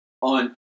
on